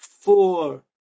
four